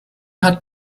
hat